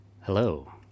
Hello